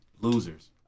Losers